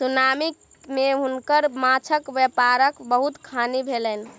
tsunami मे हुनकर माँछक व्यापारक बहुत हानि भेलैन